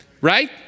Right